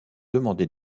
demander